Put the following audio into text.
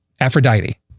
Aphrodite